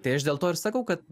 tai aš dėl to ir sakau kad